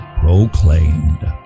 proclaimed